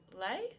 lay